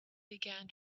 began